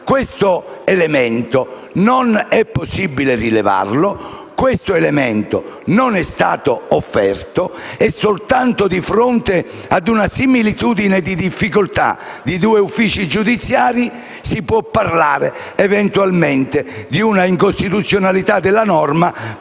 Questo elemento non è possibile rilevare; questo elemento non è stato offerto. Soltanto di fronte a una similitudine di difficoltà di due uffici giudiziari si può parlare eventualmente di una incostituzionalità della norma,